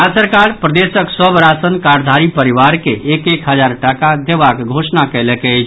राज्य सरकार प्रदेशक सभ राशन कार्डधारी परिवार के एक एक हजार टाका देबाक घोषणा कयलक अछि